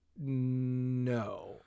no